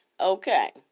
Okay